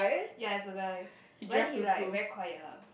ya it's a guy but then he like very quiet lah